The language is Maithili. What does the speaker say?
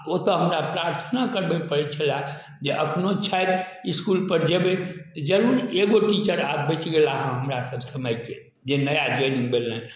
आओर ओतऽ हमरा प्रार्थना करबे पड़ै छलै जे एखनहु छथि इसकुलपर जेबै तऽ जरूर एगो टीचर आब बचि गेला हँ हमरा सब समयके जे नया ज्वाइनिङ्ग भेल हँ